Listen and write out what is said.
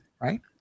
Right